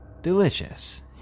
delicious